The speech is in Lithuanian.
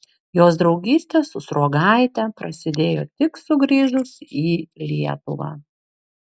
jos draugystė su sruogaite prasidėjo tik sugrįžus į lietuvą